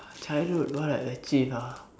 childhood what I achieved ah